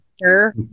Sure